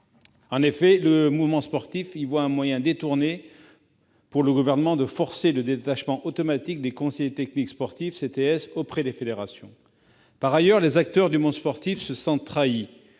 En effet, le mouvement sportif y voit un moyen détourné pour le Gouvernement de forcer le détachement automatique des conseillers techniques sportifs auprès des fédérations. Par ailleurs, les acteurs du monde sportif se sentent trahis